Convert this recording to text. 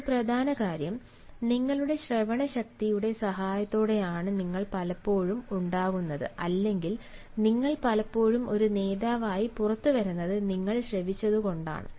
ഒരു പ്രധാന കാര്യം നിങ്ങളുടെ ശ്രവണശക്തിയുടെ സഹായത്തോടെയാണ് നിങ്ങൾ പലപ്പോഴും ഉണ്ടാകുന്നത് അല്ലെങ്കിൽ നിങ്ങൾ പലപ്പോഴും ഒരു നേതാവായി പുറത്തുവരുന്നത് നിങ്ങൾ ശ്രദ്ധിച്ചതുകൊണ്ടാണ്